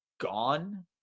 gone